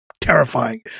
terrifying